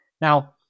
Now